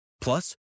Plus